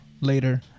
later